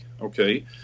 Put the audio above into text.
Okay